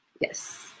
Yes